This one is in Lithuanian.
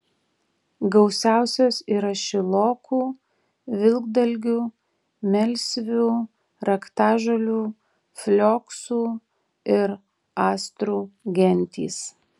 gausiausios yra šilokų vilkdalgių melsvių raktažolių flioksų ir astrų gentys